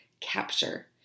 capture